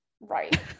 Right